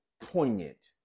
poignant